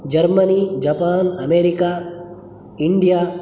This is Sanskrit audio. Germany Japan America India